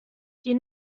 die